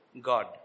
God